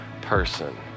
person